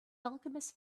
alchemist